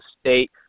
state